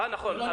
אה, נכון.